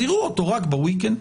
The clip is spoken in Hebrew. אז יראו אותו רק בסופי השבוע.